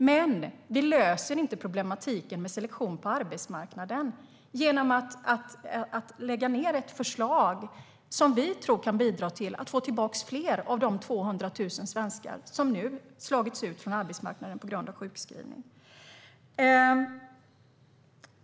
Men vi löser inte problemen med selektion på arbetsmarknaden genom att lägga ned ett förslag som vi tror kan bidra till att få tillbaka fler av de 200 000 svenskar som nu har slagits ut från arbetsmarknaden på grund av sjukskrivning.